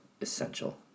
essential